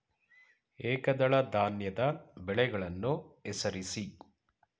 ಏಕದಳ ಧಾನ್ಯದ ಬೆಳೆಗಳನ್ನು ಹೆಸರಿಸಿ?